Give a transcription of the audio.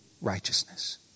righteousness